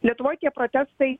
lietuvoj tie protestai